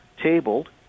tabled